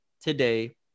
today